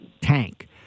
tank